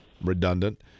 Redundant